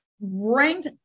rank